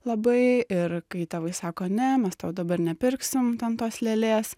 labai ir kai tėvai sako ne mes tau dabar nepirksim ten tos lėlės